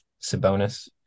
Sabonis